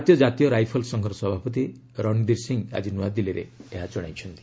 ଭାରତୀୟ ଜାତୀୟ ରାଇଫଲ ସଂଘର ସଭାପତି ରଣୀନ୍ଦର ସିଂହ ଆକି ନୂଆଦିଲ୍ଲୀରେ ଏହା ଜଣାଇଛନ୍ତି